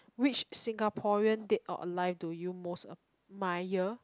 which singaporean dead or alive do you most admire